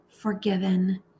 forgiven